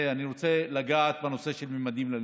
אני רוצה לגעת בנושא של ממדים ללימודים.